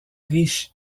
riche